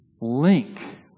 link